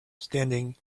standing